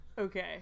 Okay